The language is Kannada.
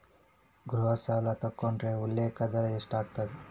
ಗೃಹ ಸಾಲ ತೊಗೊಂಡ್ರ ಉಲ್ಲೇಖ ದರ ಎಷ್ಟಾಗತ್ತ